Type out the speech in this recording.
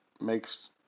makes